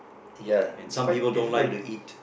ya it's quite difficult to eat